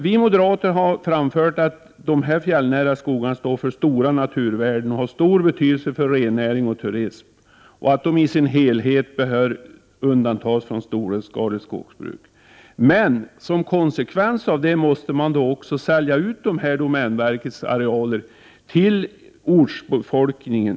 Vi moderater har framhållit att de fjällnära skogarna representerar stora naturvärden och har stor betydelse för rennäring och turism och att de helt bör undantas från storskaligt skogsbruk. Men som konsekvens av detta måste man då sälja ut domänverkets arealer till ortsbefolkningen.